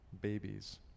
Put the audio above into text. babies